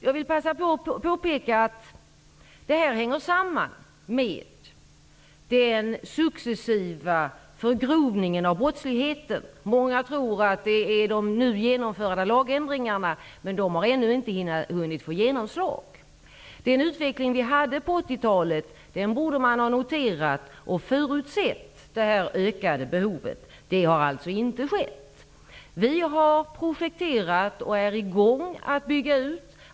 Jag vill passa på och påpeka att detta hänger samman med den successiva förgrovningen av brottsligheten. Många tror att det är de nu genomförda lagändringarna som spelar in, men de har ännu inte hunnit få genomslag. Utvecklingen på 80-talet borde ha noterats och det ökade behovet borde ha förutsetts. Det har alltså inte skett. Vi har projekterat och håller på att bygga ut.